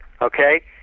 okay